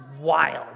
wild